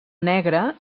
negre